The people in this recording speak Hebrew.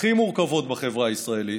הכי מורכבות בחברה הישראלית,